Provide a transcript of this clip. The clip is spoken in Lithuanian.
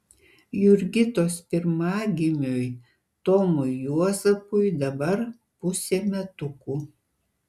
jurgitos pirmagimiui tomui juozapui dabar pusė metukų